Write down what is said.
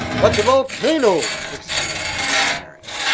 but the volcano! exclaimed mr. merrick.